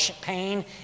pain